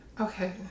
Okay